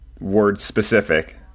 word-specific